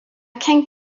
came